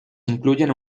incluyen